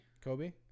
Kobe